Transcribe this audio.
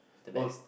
the best